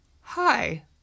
Hi